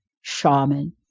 shaman